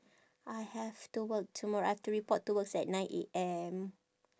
I have to work tomorrow I have to report to works at nine A_M